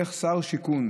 איך שר שיכון,